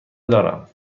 دارم